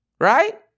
right